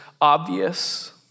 obvious